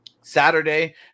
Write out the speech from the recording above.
Saturday